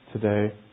today